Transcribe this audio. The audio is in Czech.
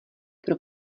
pro